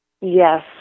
Yes